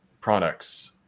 products